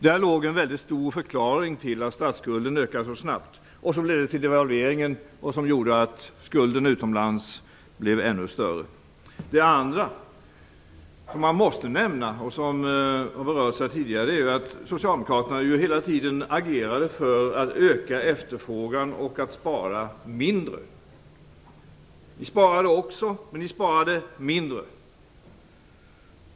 Där låg en stor förklaring till att statsskulden ökade så snabbt och ledde till devalveringen, som gjorde att skulden utomlands blev ännu större. Det andra som måste nämnas och som berörts tidigare här är att socialdemokraterna hela tiden agerade för att öka efterfrågan och att spara mindre. Ni sparade också men ni sparade mindre.